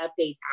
updates